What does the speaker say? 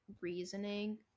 reasoning